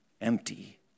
empty